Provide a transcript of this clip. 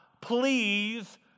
please